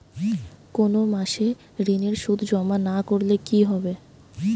কোনো মাসে ঋণের সুদ জমা না করলে কি হবে?